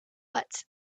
but